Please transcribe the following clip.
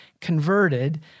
converted